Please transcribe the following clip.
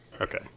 Okay